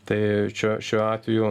tai čia šiuo atveju